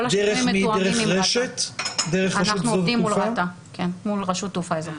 כל השינויים מתואמים עם רת"א רשות תעופה אזרחית.